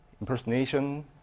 impersonation